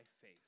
faith